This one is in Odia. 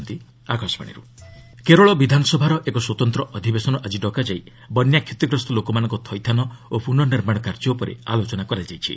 କେରଳ ସେସନ୍ କେରଳ ବିଧାନସଭାର ଏକ ସ୍ୱତନ୍ତ୍ର ଅଧିବେଶନ ଆଜି ଡକାଯାଇ ବନ୍ୟା କ୍ଷତିଗ୍ରସ୍ତ ଲୋକମାନଙ୍କ ଥଇଥାନ ଓ ପୁନଃ ନିର୍ମାଣ କାର୍ଯ୍ୟ ଉପରେ ଆଲୋଚନା କରାଯାଇଛି